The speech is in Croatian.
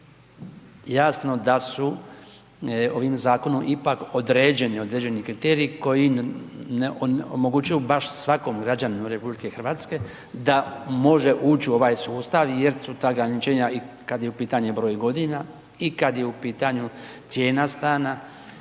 jasno da su ovim zakonom ipak određeni određeni kriteriji koji ne omogućuju baš svakom građaninu RH da može ući u ovaj sustav jer su ta ograničenja i kad je u pitanju broj godina i kad je u pitanju cijena stana